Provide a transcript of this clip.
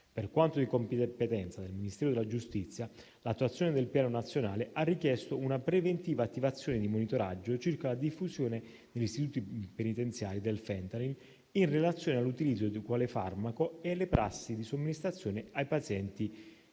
Per quanto di competenza del Ministero della giustizia, l'attuazione del Piano nazionale ha richiesto una preventiva attivazione di monitoraggio circa la diffusione negli istituti penitenziari del Fentanyl in relazione all'utilizzo di tale farmaco e alle prassi di somministrazione ai pazienti